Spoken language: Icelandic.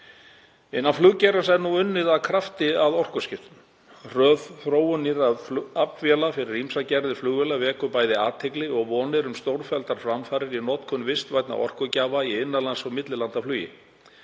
Innan fluggeirans er nú unnið af krafti að orkuskiptum. Hröð þróun nýrra aflvéla fyrir ýmsar gerðir flugvéla vekur bæði athygli og vonir um stórfelldar framfarir í notkun vistvænna orkugjafa í innanlands- og millilandaflugi.